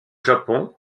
japon